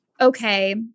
okay